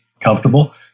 comfortable